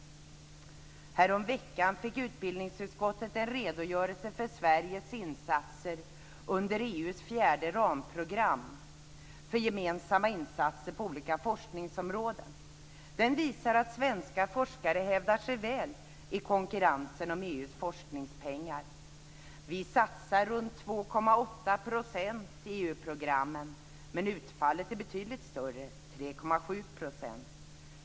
Häromveckan fick utbildningsutskottet en redogörelse för Sveriges insatser under EU:s fjärde ramprogram för gemensamma insatser på olika forskningsområden. Den visar att svenska forskare hävdar sig väl i konkurrensen om EU:s forskningspengar. Vi satsar runt 2,8 % i EU-programmen, men utfallet är betydligt större - 3,7 %.